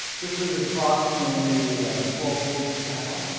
this is approximately twelve gauge channel.